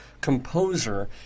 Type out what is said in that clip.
composer